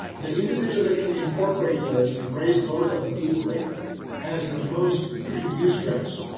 the individual that can incorporate those and embrace both of them equally has the most eustress,